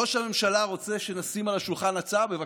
ראש הממשלה רוצה שנשים על השולחן הצעה, בבקשה,